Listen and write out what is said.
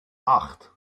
acht